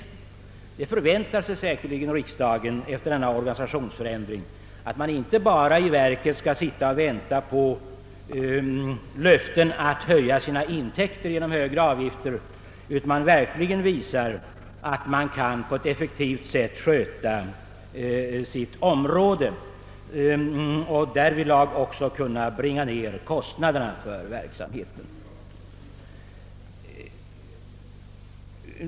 Riksdagen förväntar sig säkerligen att man efter denna organisationsförändring inte bara skall sitta och vänta på löften och höja sina intäkter genom högre avgifter utan verkligen visar att man på ett effektivt sätt kan sköta sitt område och därigenom också nedbringa kostnaderna för verksamheten.